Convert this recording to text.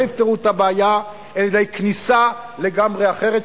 יפתרו את הבעיה אלא על-ידי כניסה לגמרי אחרת,